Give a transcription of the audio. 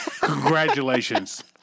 Congratulations